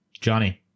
Johnny